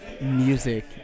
music